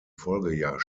folgejahr